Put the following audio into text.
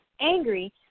angry